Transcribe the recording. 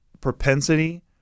propensity